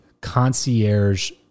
concierge